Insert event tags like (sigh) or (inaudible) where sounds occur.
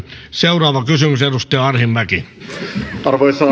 seuraava kysymys edustaja arhinmäki arvoisa (unintelligible)